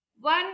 one